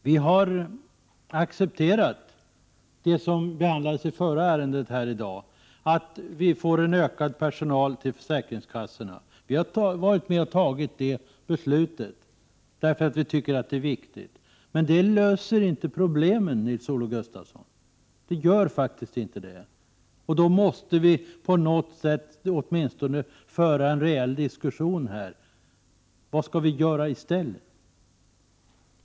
Vi har accepterat det som behandlades i det förra ärendet i dag, att försäkringskassorna får ökad personal, Vi har varit med om att ta det beslutet, därför att vi tycker att det är viktigt. Men detta löser faktiskt inte problemen, Nils-Olof Gustafsson, och då måste vi åtminstone få en rejäl diskussion här om vad vi skall göra i stället.